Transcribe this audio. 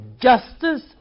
justice